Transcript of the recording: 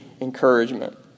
encouragement